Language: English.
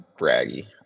braggy